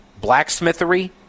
blacksmithery